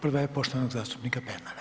Prva je poštovanog zastupnika Pernar.